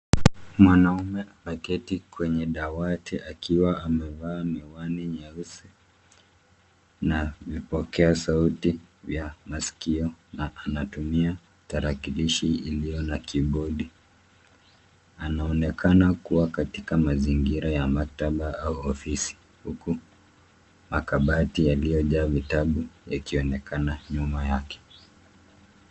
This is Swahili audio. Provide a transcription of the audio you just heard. Mwanaume ameketi kwenye dawati akiwa amevaa miwani nyeusi na vipokea sauti vya maskio na anatumia tarakilishi iliyo na kibodi. Anaonekana kua katika mazingira maktaba au ofisi huku makabati yaliyojaa vitabu yakionekana nyuma yake.